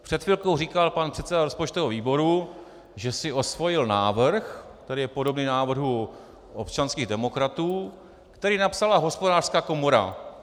Před chvilkou říkal pan předseda rozpočtového výboru, že si osvojil návrh, který je podobný návrhu občanských demokratů, který napsala Hospodářská komora.